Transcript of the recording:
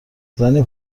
زنی